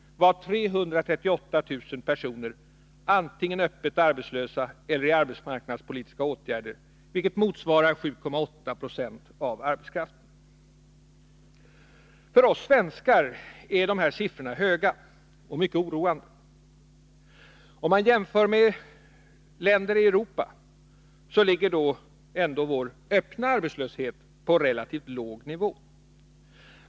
För oss svenskar är dessa siffror höga och mycket oroande. Om man jämför med länder i Europa, finner vi att vår öppna arbetslöshet ändå ligger på relativt låg nivå.